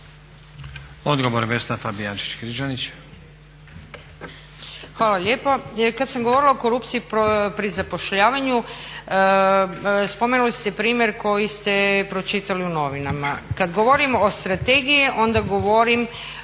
Odgovor Vesna Fabijančić-Križanić